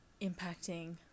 impacting